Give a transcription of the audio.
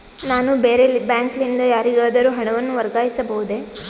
ನಾನು ಬೇರೆ ಬ್ಯಾಂಕ್ ಲಿಂದ ಯಾರಿಗಾದರೂ ಹಣವನ್ನು ವರ್ಗಾಯಿಸಬಹುದೇ?